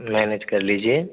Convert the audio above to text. manage कर लीजिए